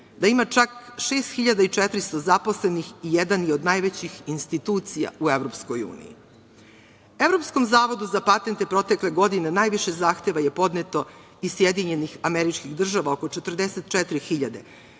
da ima čak 6400 zaposlenih i jedan je oda najvećih institucija u EU.Evropskom zavodu za patente protekle godine najviše zahteva je podneto iz SAD, oko 44.000,